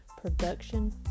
production